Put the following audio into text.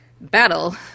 battle